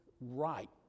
right